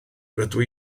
rydw